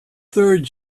third